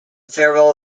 farewell